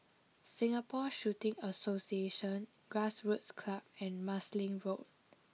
Singapore Shooting Association Grassroots Club and Marsiling Road